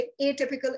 atypical